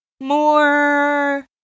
more